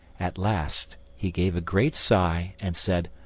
at last he gave a great sigh, and said,